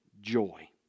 joy